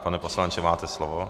Pane poslanče, máte slovo.